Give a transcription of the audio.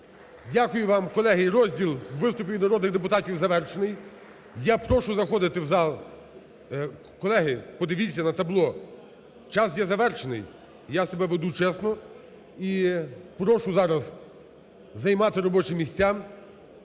Дякую вам. Колеги, розділ "виступи від народних депутатів" завершений. Я прошу заходити в зал. Колеги, подивіться на табло, час є завершений, я себе веду чесно. І прошу зараз займати робочі місця.